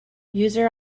user